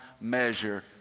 measure